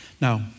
Now